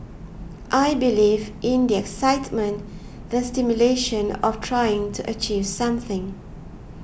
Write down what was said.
I believe in the excitement the stimulation of trying to achieve something